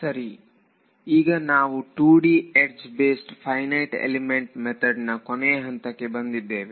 ಸರಿ ಈಗ ನಾವು 2D edge based finite element ಮೆಥಡ್ನ ಕೊನೆ ಹಂತಕ್ಕೆ ಬಂದಿದ್ದೇವೆ